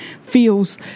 feels